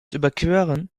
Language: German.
überqueren